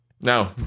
no